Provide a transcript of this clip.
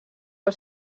del